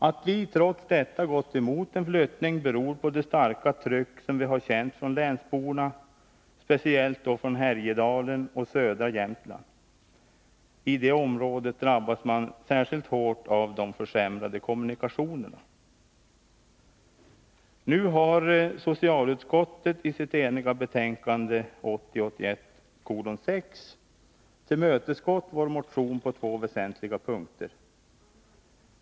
Att vi trots detta gått emot en flyttning beror på det starka tryck vi har känt från länsborna, speciellt från Härjedalen och södra Jämtland. I det området drabbas man särskilt hårt av de försämrade kommunikationerna. Nu har socialutskottet i sitt eniga betänkande 1980/81:6 tillmötesgått vår motion på två väsentliga punkter.